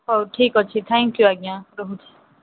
ହଉ ଠିକ ଅଛି ଥାଙ୍କ୍ ୟୁ ଆଜ୍ଞା ରହୁଛି